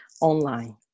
online